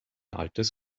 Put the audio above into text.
altes